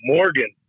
Morgan